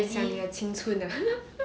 想你青春 ah